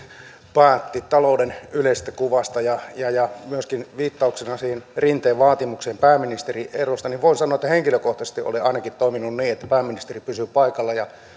päätti eli talouden yleisestä kuvasta ja ja viittauksena siihen rinteen vaatimukseen pääministerin erosta voin myöskin sanoa että henkilökohtaisesti olen ainakin toiminut niin että pääministeri pysyy paikalla ja